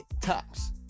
tops